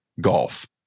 golf